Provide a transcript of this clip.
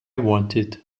wanted